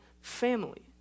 family